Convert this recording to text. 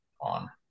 on